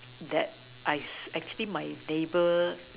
that I actually my neighbour